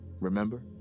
Remember